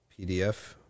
PDF